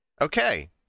Okay